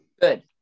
good